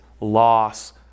loss